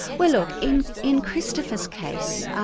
well look, in in christopher's case,